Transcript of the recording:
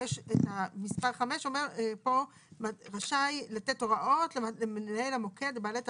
ויש את מספר 5 שאומר פה "רשאי לתת הוראות למנהל המוקד ולבעלי תפקידים,